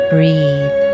Breathe